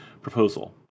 proposal